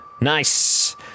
Nice